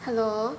hello